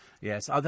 Yes